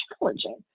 challenging